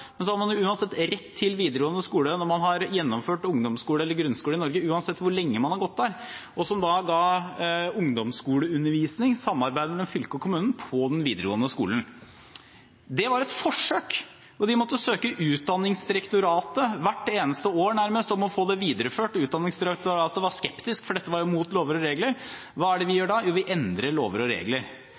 Man har uansett rett til videregående skole når man har gjennomført ungdomsskole eller grunnskole i Norge, uansett hvor lenge man har gått der. De ga ungdomsskoleundervisning i samarbeid med fylket og kommunen på denne videregående skolen. Det var et forsøk, og de måtte søke Utdanningsdirektoratet nærmest hvert eneste år om å få det videreført. Utdanningsdirektoratet var skeptisk fordi dette var mot lover og regler. Hva gjør vi da? Jo, vi endrer lover og regler.